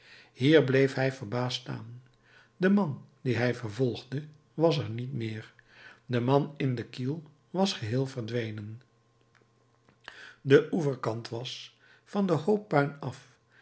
hier bleef hij verbaasd staan de man dien hij vervolgde was er niet meer de man in den kiel was geheel verdwenen de oeverkant was van den hoop puin af